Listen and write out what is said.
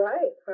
Right